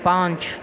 पाँच